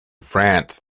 france